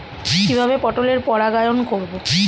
কিভাবে পটলের পরাগায়ন করব?